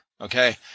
Okay